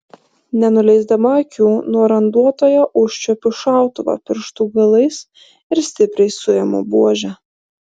nenuleisdama akių nuo randuotojo užčiuopiu šautuvą pirštų galais ir stipriai suimu buožę